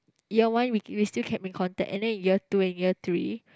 year one we we still kept in contact and then in year two and year three